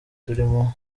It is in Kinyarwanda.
turimo